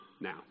now